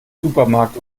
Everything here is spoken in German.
supermarkt